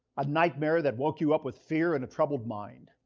a nightmare that woke you up with fear and a troubled mind?